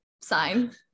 sign